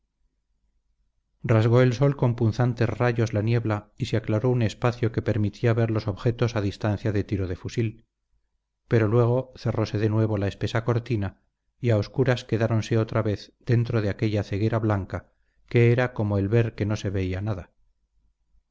rasgó el sol con punzantes rayos la niebla y se aclaró un espacio que permitía ver los objetos a distancia de tiro de fusil pero luego cerrose de nuevo la espesa cortina y a oscuras quedáronse otra vez dentro de aquella ceguera blanca que era como el ver que no se veía nada